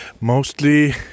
mostly